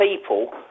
people